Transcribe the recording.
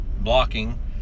blocking